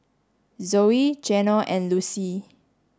Zoey Geno and Lucie